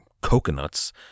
coconuts